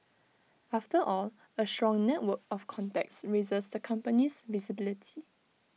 after all A strong network of contacts raises the company's visibility